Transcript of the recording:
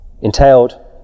entailed